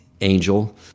angel